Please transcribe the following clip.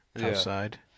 Outside